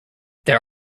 there